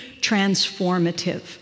transformative